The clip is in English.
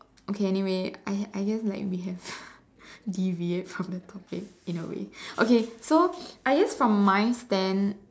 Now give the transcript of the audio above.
okay anyway I I guess like we have deviate from the topic in a way okay so I guess from my stand